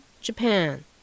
Japan